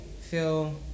feel